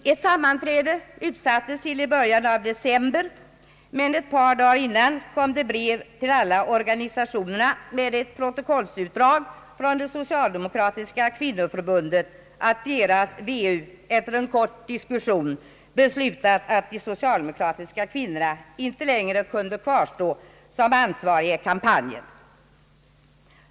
Ett sammanträde utsattes till den 9 december, men ett par dagar innan kom ett brev till alla organisationer, ett protokollsutdrag från det socialdemokratiska kvinnoförbundet, att deras VU efter en kort diskussion beslutat att de socialdemokratiska kvinnorna inte längre kunde kvarstå som ansvariga i kampanjen.